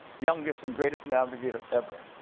youngest and greatest navigator ever.